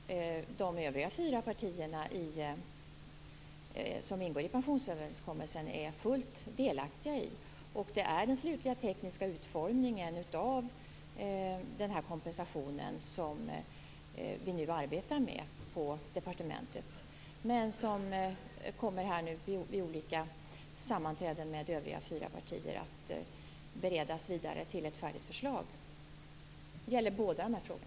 Fru talman! Som säkert Carl B Hamilton är väl medveten om är de övriga fyra partierna som ingår i pensionsöverenskommelsen fullt delaktiga i uppgörelsen. Vi arbetar nu med den slutliga tekniska utformningen av den här kompensationen på departementet. Detta kommer nu vid olika sammanträden med de övriga fyra partierna att beredas vidare till ett färdigt förslag. Det gäller båda dessa frågor.